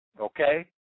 Okay